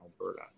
Alberta